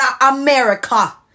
america